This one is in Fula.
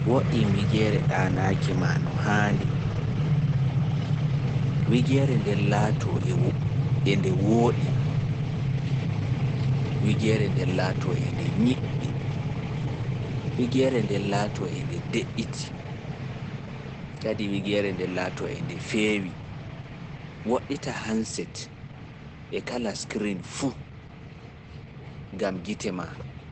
Wo'in wigeere ɗanaaki ma no haandi. Wigeere nden laato e wooɗi, e nde nyiɓɓi, e nde de'ti kadi e nde feewi. Woɗɗita screen lenguru gam gite ma.